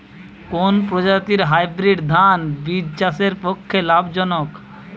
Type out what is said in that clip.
কোন প্রজাতীর হাইব্রিড ধান বীজ চাষের পক্ষে লাভজনক?